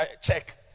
check